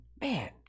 man